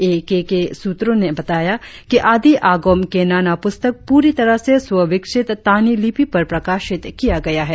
ए K के सूत्रों ने बताया कि आदी आगोम केनाना पुस्तक पूरी तरह से स्वविकसित तानी लिपि पर प्रकाशित किया गया है